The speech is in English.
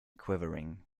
quivering